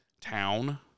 town